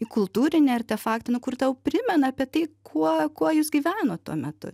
į kultūrinį artefaktą nu kur tau primena apie tai kuo kuo jūs gyvenot tuo metu